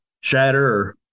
Shatter